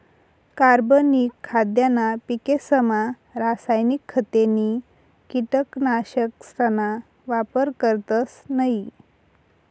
कार्बनिक खाद्यना पिकेसमा रासायनिक खते नी कीटकनाशकसना वापर करतस नयी